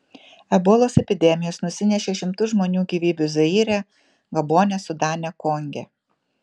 ebolos epidemijos nusinešė šimtus žmonių gyvybių zaire gabone sudane konge